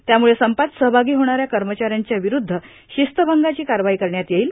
त्यामुळं संपात सहभागी होणाऱ्या कर्मचाऱ्यांच्या विरूद्ध शिस्तभंगाची कारवाई करण्यात येईल